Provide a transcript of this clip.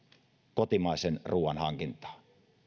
kotimaisen ruuan hankintaan